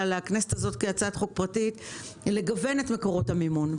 לכנסת הזאת כהצעת חוק פרטית לגוון את מקורות המימון.